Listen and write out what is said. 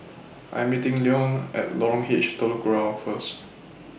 I'm meeting Leone At Lorong H Telok Kurau First